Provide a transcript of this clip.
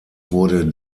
wurde